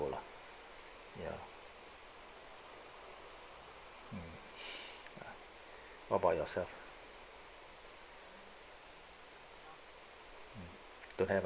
~o lah ya hmm how about yourself don't have ah